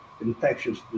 infectious